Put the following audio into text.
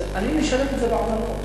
אני משלם את זה בעמלות,